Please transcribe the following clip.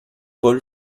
paul